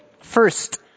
First